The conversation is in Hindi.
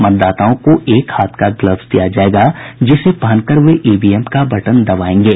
मतदाताओं को एक हाथ का ग्लव्स दिया जायेगा जिसे पहनकर वे ईवीएम का बटन दबायेंगे